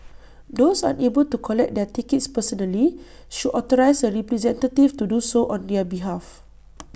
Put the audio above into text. those unable to collect their tickets personally should authorise A representative to do so on their behalf